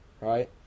right